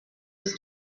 was